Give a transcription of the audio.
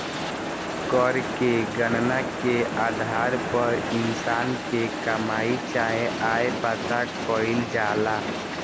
कर के गणना के आधार पर इंसान के कमाई चाहे आय पता कईल जाला